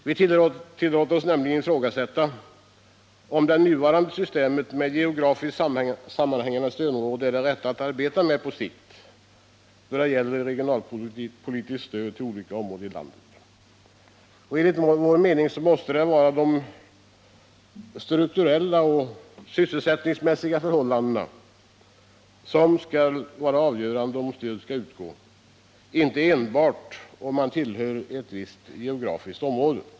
Vi tillåter oss nämligen ifrågasätta om det nuvarande systemet med geografiskt sammanhängande stödområden är det rätta att arbeta med på sikt då det gäller regionalpolitiskt stöd till olika områden i landet. Enligt vår mening måste det vara de strukturella och sysselsättningsmässiga förhållandena som skall avgöra om stöd skall utgå, inte enbart om man tillhör ett visst geografiskt område.